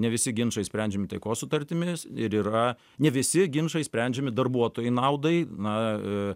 ne visi ginčai išsprendžiami taikos sutartimis ir yra ne visi ginčai išsprendžiami darbuotojų naudai na